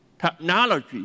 Technology